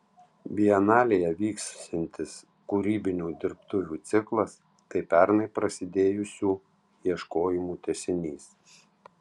bienalėje vyksiantis kūrybinių dirbtuvių ciklas tai pernai prasidėjusių ieškojimų tęsinys